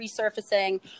resurfacing